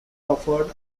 offered